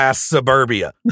suburbia